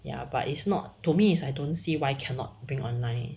ya but it's not to me is I don't see why cannot bring online